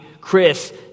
Chris